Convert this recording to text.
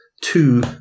two